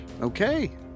Okay